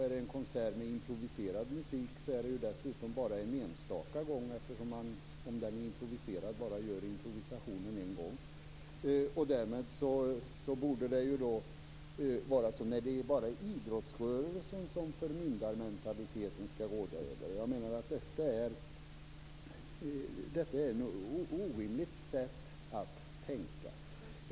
Är det en konsert med improviserad musik ges den dessutom bara en enstaka gång, eftersom improvisationen bara görs en gång. Nej, det är bara idrottsrörelsen som förmyndarmentaliteten skall råda över. Jag menar att detta är ett orimligt sätt att tänka.